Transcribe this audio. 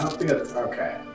Okay